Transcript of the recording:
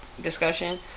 discussion